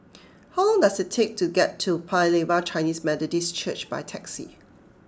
how long does it take to get to Paya Lebar Chinese Methodist Church by taxi